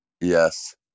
Yes